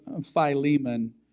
Philemon